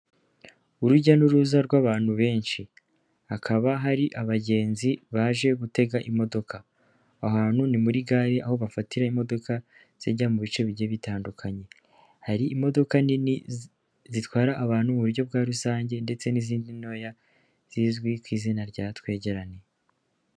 Urujya n'uruza rw'abantu benshi, hakaba hari abagenzi baje gutega imodoka, aha hantu ni muri gare aho bafatira imodoka zijya mu bice bigiye bitandukanye, hari imodoka nini zitwara abantu mu buryo bwa rusange ndetse n'izindi ntoya zizwi ku izina rya twegerane.